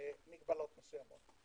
מגבלות מסוימות.